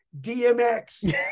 DMX